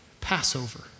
Passover